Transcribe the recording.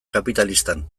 kapitalistan